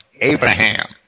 Abraham